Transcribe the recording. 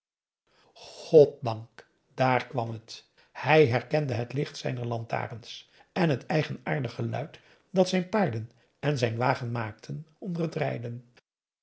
goddank daar kwam het hij herkende het licht zijner lantaarns en het eigenaardig geluid dat zijn paarden en zijn wagen maakten onder het rijden